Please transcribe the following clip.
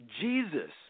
Jesus